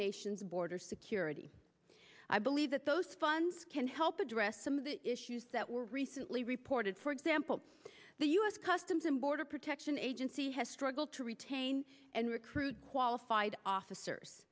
nation's border security i believe that those funds can help address some of the issues that were recently reported for example the u s customs and border protection agency has struggled to retain and recruit qualified officers